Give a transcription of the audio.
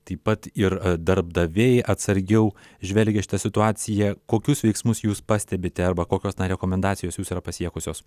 taip pat ir darbdaviai atsargiau žvelgia į šitą situaciją kokius veiksmus jūs pastebite arba kokios na rekomendacijos jus yra pasiekusios